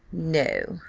no,